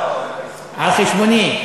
על חשבוני,